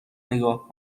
نگاه